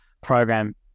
program